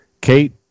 Kate